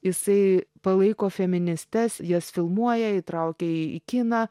jisai palaiko feministes jas filmuoja įtraukia į kiną